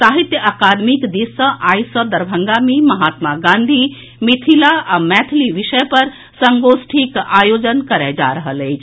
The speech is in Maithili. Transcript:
साहित्य अकादमीक दिस सऽ आइ सॅ दरभंगा मे महात्मा गांधीः मिथिला आ मैथिली विषय पर संगोष्ठीक आयोजन करए जा रहल अछि